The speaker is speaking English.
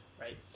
Right